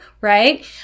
right